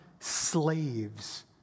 slaves